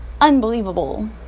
unbelievable